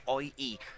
ie